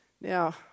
Now